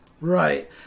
Right